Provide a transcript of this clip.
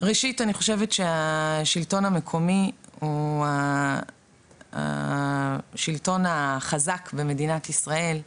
ראשית אני חושבת שהשלטון המקומי הוא השלטון החזק במדינת ישראל,